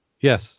Yes